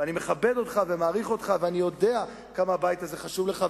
ואני מכבד אותך ומעריך אותך ויודע כמה הבית הזה חשוב לך.